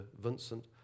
Vincent